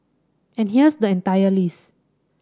and here's the entire list